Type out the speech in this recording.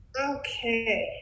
Okay